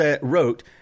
wrote